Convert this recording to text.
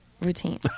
routine